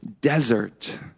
desert